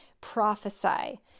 prophesy